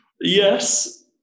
yes